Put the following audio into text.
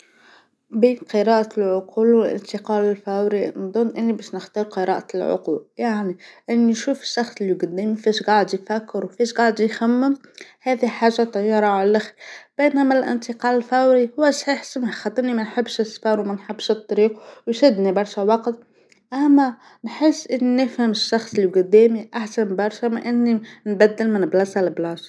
بين قراءة العقول والإنتقال الفوري نظن أني باش نختار قراءة العقول، يعني أني نشوف الشخص اللي قدامي كيفاش قاعد يفكر وكيفاش قاعد يخمم هاذي حاجه طياره عاللخر، بينما الإنتقال الفوري هو صحيح السفر خاطيني ما نحبش السفر وما نحبش الطريق ويشدني برشا وقت، أما نحس أني نفهم الشخص اللي قدامي أحسن برشا من أني نبدل من بلاصه لبلاصه.